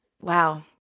wow